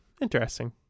Interesting